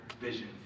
vision